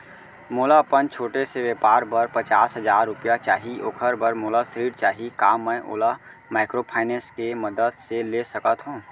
मोला अपन छोटे से व्यापार बर पचास हजार रुपिया चाही ओखर बर मोला ऋण चाही का मैं ओला माइक्रोफाइनेंस के मदद से ले सकत हो?